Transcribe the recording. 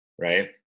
right